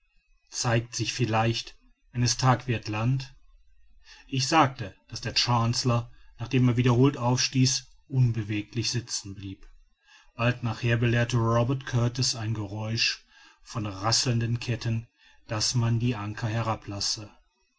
zeigt sich vielleicht wenn es tag wird land ich sagte daß der chancellor nachdem er wiederholt aufstieß unbeweglich sitzen blieb bald nachher belehrte robert kurtis ein geräusch von rasselnden ketten daß man die anker herablasse